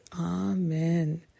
Amen